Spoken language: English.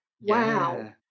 Wow